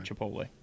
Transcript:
Chipotle